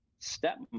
Step